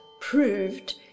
proved